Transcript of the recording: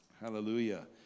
Hallelujah